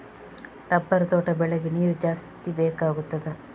Rubber ತೋಟ ಬೆಳೆಗೆ ನೀರು ಜಾಸ್ತಿ ಬೇಕಾಗುತ್ತದಾ?